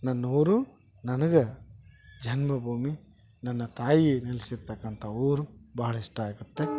ನನ್ನೂರು ನನಗೆ ಜನ್ಮಭೂಮಿ ನನ್ನ ತಾಯಿ ನೆಲಿಸಿರತಕ್ಕಂತ ಊರು ಬಹಳ ಇಷ್ಟ ಆಗುತ್ತೆ